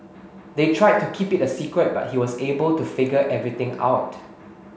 they tried to keep it a secret but he was able to figure everything out